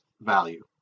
value